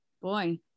boy